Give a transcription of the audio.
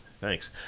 Thanks